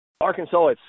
Arkansas